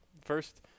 first